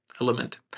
element